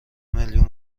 میلیون